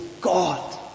God